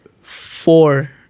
four